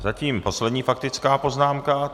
Zatím poslední faktická poznámka.